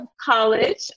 college